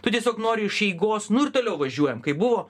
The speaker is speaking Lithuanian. tu tiesiog nori iš eigos nu ir toliau važiuojam kaip buvo